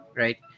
right